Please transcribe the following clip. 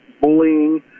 bullying